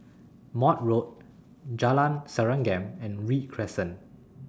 Maude Road Jalan Serengam and Read Crescent